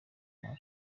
nguma